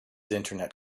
internet